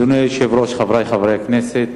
אדוני היושב-ראש, חברי חברי הכנסת,